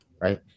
Right